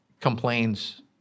complains